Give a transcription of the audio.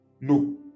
No